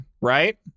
right